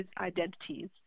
identities